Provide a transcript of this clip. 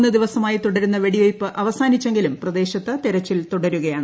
ന ദിവസമായി തുടരുന്ന വെടിവയ്പ് അവസാനിച്ചെങ്കിലും പ്രദേശത്ത് തെരച്ചിൽ തുടരുകയാണ്